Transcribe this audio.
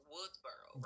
Woodsboro